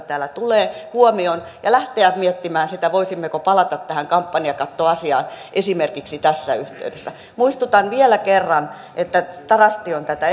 täällä tulee huomioon ja lähteä miettimään sitä voisimmeko palata tähän kampanjakattoasiaan esimerkiksi tässä yhteydessä muistutan vielä kerran että tarasti on tätä